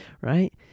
right